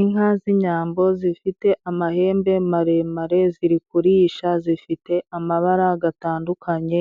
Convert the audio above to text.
Inka z'inyambo zifite amahembe maremare ziri kurisha, zifite amabara gatandukanye,